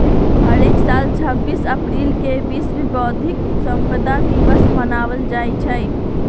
हरेक साल छब्बीस अप्रिल के विश्व बौधिक संपदा दिवस मनाएल जाई छई